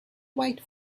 white